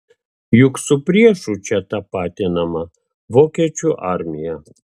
juk su priešu čia tapatinama vokiečių armija